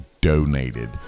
Donated